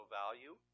value